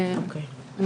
אני